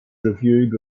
reviewed